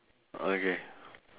okay